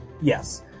Yes